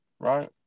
right